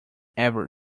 ever